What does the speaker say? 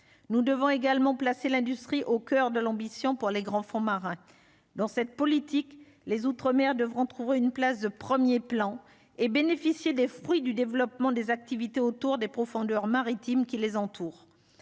nous devons également placé l'industrie au coeur de l'ambition pour les grands fonds marins dans cette politique les outre- mer devront trouver une place de 1er plan et bénéficier des fruits du développement des activités autour des profondeurs maritimes qui les entourent,